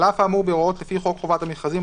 על אף האמור בהוראות לפי חוק חובת המכרזים,